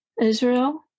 Israel